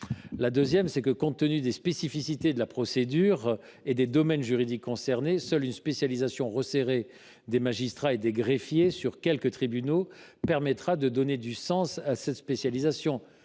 La deuxième, c’est qu’au regard des spécificités de la procédure et des domaines juridiques concernés, seule une spécialisation poussée des magistrats et des greffiers sur quelques tribunaux permettra de donner du sens à cette spécialisation.